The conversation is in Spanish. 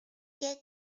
get